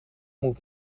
moet